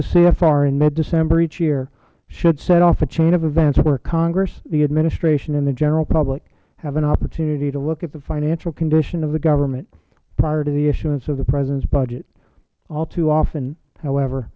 cfr in mid december each year should set off a chain of events where congress the administration and the general public have an opportunity to look at the financial condition of the government prior to the issuance of the presidents budget all too often however